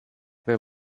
their